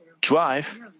drive